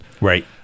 Right